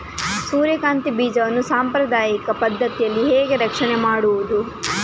ಸೂರ್ಯಕಾಂತಿ ಬೀಜವನ್ನ ಸಾಂಪ್ರದಾಯಿಕ ಪದ್ಧತಿಯಲ್ಲಿ ಹೇಗೆ ರಕ್ಷಣೆ ಮಾಡುವುದು